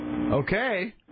Okay